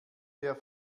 der